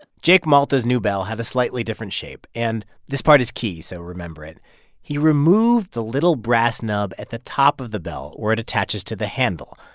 jake malta's new bell had a slightly different shape. and this part is key, so remember it he removed the little brass nub at the top of the bell where it attaches to the handle,